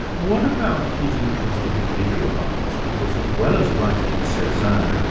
what about his interest in the visual arts? because as well as liking cezanne,